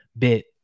bit